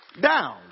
down